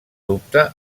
dubte